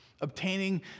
Obtaining